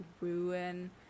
ruin